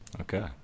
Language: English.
okay